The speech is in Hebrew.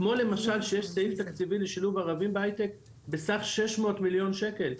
כמו למשל שיש סעיף תקציבי לשילוב ערבים בהיי-טק בסך שש מאות מיליון שקל,